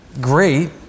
great